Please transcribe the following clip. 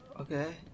okay